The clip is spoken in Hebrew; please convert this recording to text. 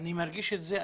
אני מרגיש את זה.